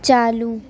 چالو